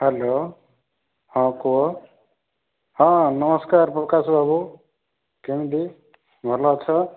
hello ହଁ କୁହ ହଁ ନମସ୍କାର ପ୍ରକାଶ ବାବୁ କେମିତି ଭଲ ଅଛ